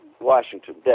Washington